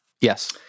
Yes